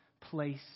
place